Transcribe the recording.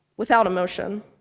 without emotion.